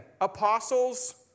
Apostles